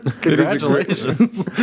Congratulations